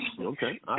Okay